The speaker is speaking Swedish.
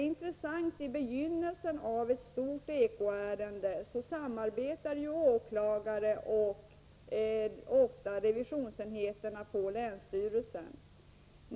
I begynnelsen av ett stort ”ekoärende” samarbetar ofta åklagare och revisionsenheten på länsstyrelsen.